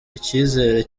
icyizere